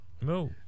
No